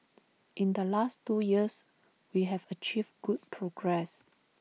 in the last two years we have achieved good progress